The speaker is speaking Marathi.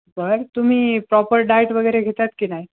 बर तुम्ही प्रॉपर डाएट वगैरे घेतात की नाही